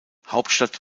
hauptstadt